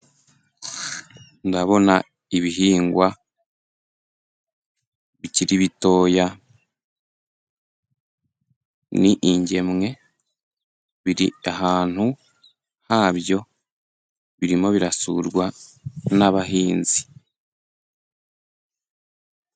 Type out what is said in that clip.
Ndabona ibihingwa bikiri bitoya, ni ingemwe, biri ahantu habyo, birimo birasurwa n'abahinzi.